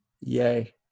Yay